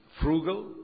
frugal